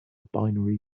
binary